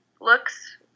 looks